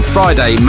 Friday